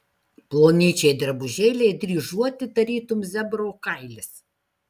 plonyčiai drabužėliai dryžuoti tarytum zebro kailis